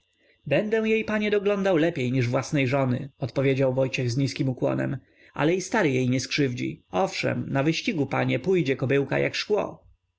będę jej panie doglądał lepiej niż własnej żony odpowiedział wojciech z niskim ukłonem ale i stary jej nie skrzywdzi owszem na wyścigu panie pójdzie kobyłka jak szkło